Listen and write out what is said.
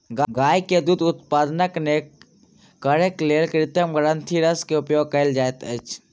गाय के दूध उत्पादन नीक करैक लेल कृत्रिम ग्रंथिरस के उपयोग कयल जाइत अछि